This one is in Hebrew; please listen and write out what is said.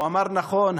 הוא אמר נכון,